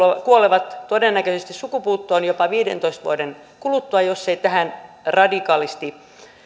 kuolevat todennäköisesti sukupuuttoon jopa viidentoista vuoden kuluttua jos ei tähän radikaalisti